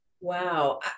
Wow